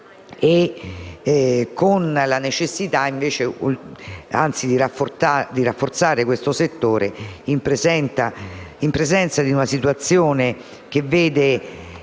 della necessità di rafforzare questo settore, in presenza di una situazione che vede